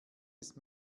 ist